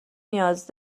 نیاز